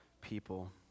people